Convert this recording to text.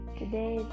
today